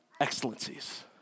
excellencies